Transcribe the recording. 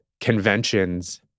conventions